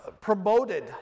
promoted